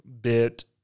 bit